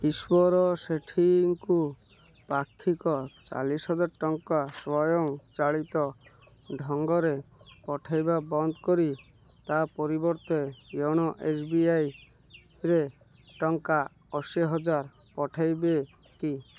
ଈଶ୍ୱର ସେଠୀଙ୍କୁ ପାକ୍ଷିକ ଚାଳିଶହଜାର ଟଙ୍କା ସ୍ୱୟଂ ଚାଳିତ ଢଙ୍ଗରେ ପଠାଇବା ବନ୍ଦ କରି ତା' ପରିବର୍ତ୍ତେ ୟୋନୋ ଏସ୍ବିଆଇରେ ଟଙ୍କା ଅଶୀହଜାର ପଠାଇବେ କି